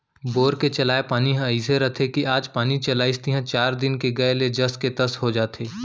bore के चलाय पानी ह अइसे रथे कि आज पानी चलाइस तिहॉं चार दिन के गए ले जस के तस हो जाथे